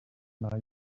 marié